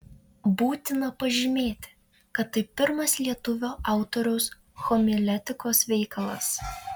būtina pažymėti kad tai pirmas lietuvio autoriaus homiletikos veikalas